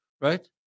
right